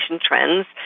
trends